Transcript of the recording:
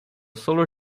solar